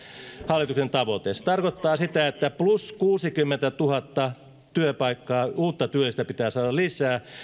hallituksen tavoite se tarkoittaa sitä että plus kuusikymmentätuhatta työpaikkaa uutta työllistä pitää saada lisää